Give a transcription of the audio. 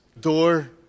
door